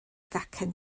gacen